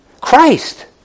Christ